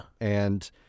And-